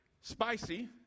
spicy